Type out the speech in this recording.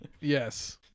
Yes